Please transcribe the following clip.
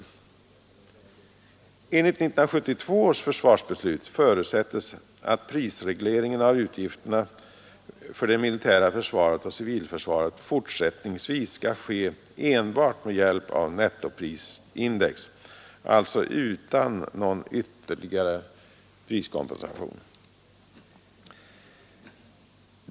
Enligt 1972 års försvarsbeslut förutsätts att prisregleringen av utgifterna för det militära försvaret och civilförsvaret fortsättningsvis skall ske enbart med hjälp av nettoprisindex, alltså utan någon ytterligare priskompensation.